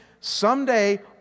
Someday